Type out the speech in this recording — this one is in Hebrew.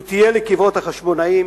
הוא טייל לקברות החשמונאים